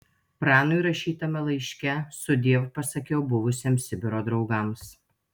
pranui rašytame laiške sudiev pasakiau buvusiems sibiro draugams